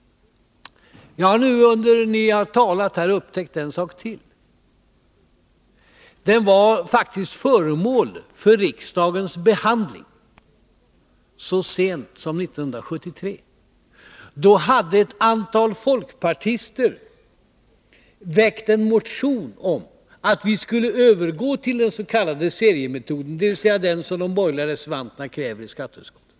Jag har nu under det att ni har talat här upptäckt en sak till. Frågan om en sådan voteringsordning var faktiskt 95 föremål för riksdagens behandling så sent som 1973. Då hade ett antal folkpartister väckt en motion om att vi skulle övergå till den s.k. seriemetoden, dvs. den som de borgerliga reservanterna kräver i skatteutskottet.